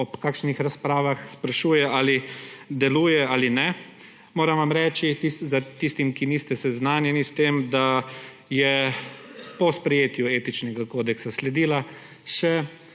ob kakšnih razpravah sprašuje, ali deluje ali ne. Moram vam reči, tistim, ki niste seznanjeni s tem, da je po sprejetju etičnega kodeksa sledilo še